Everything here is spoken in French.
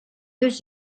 deux